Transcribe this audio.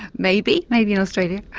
maybe, maybe in australia,